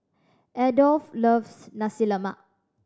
Adolph loves Nasi Lemak